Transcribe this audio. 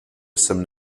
jsem